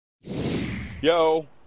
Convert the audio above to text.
Yo